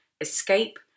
escape